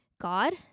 God